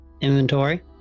Inventory